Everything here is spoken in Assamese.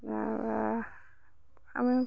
আমি